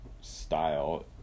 style